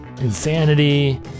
insanity